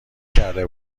کرده